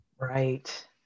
Right